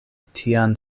tian